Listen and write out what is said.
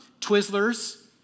Twizzlers